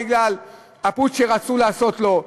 בגלל הפוטש שרצו לעשות לו,